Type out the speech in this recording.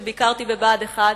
כשביקרתי בבה"ד 1,